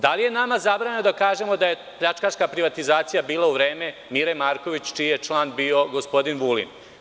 Da li je nama zabranjeno da kažemo da je pljačkaška privatizacija bila u vreme Mire Marković, čiji je član bio gospodin Vulin?